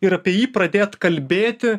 ir apie jį pradėt kalbėti